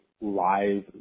live